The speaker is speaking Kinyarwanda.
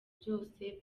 byose